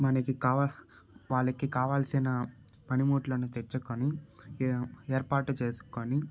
మనకి కావా వాళ్ళకి కావాల్సిన పనిముట్లను తెచ్చుకుని ఏ ఏర్పాటు చేసుకొని